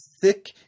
thick